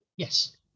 Yes